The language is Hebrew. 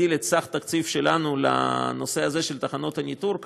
נכון שהיינו שמחים להגדיל את כמות תחנות הניטור שלנו.